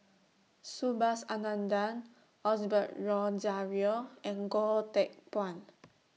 Subhas Anandan Osbert Rozario and Goh Teck Phuan